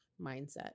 mindset